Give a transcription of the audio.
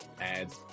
ads